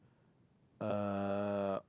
uh